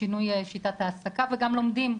בשינוי שיטת העסקה וגם לומדים,